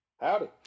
howdy